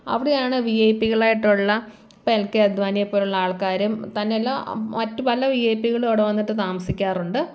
അവിടെയാണ് വി ഐ പികളായിട്ടുള്ള ഇപ്പോൾ എൽ കെ അദ്വാനിയെ പോലെയുള്ള ആൾക്കാരും തന്നെയല്ല മറ്റു പല വി ഐ പികളും അവിടെ വന്നിട്ട് താമസിക്കാറുണ്ട്